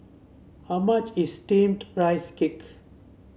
how much is steamed Rice Cakes